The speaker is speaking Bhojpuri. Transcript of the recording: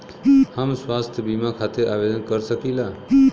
हम स्वास्थ्य बीमा खातिर आवेदन कर सकीला?